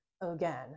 again